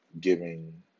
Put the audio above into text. giving